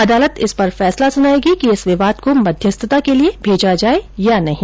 अदालत इस पर फैसला सुनायेगी कि इस विवाद को मध्यस्थता के लिये भेजा जाये या नही